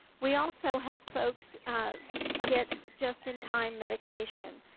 we also help folks um get just-in-time medication.